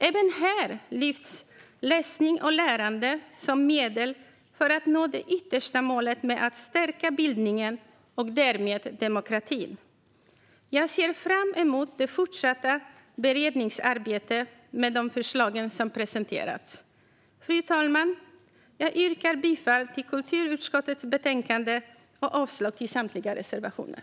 Även här lyfts läsning och lärande fram som medel för att nå det yttersta målet att stärka bildningen och därmed demokratin. Jag ser fram emot det fortsatta beredningsarbetet med de förslag som presenterats. Fru talman! Jag yrkar bifall till förslaget i kulturutskottets betänkande och avslag på samtliga reservationer.